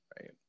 right